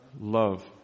Love